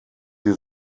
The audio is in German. sie